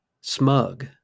smug